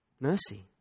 Mercy